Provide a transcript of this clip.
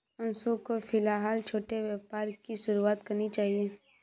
अंशु को फिलहाल छोटे व्यापार की शुरुआत करनी चाहिए